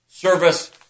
Service